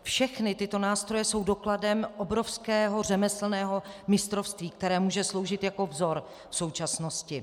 Všechny tyto nástroje jsou dokladem obrovského řemeslného mistrovství, které může sloužit jako vzor současnosti.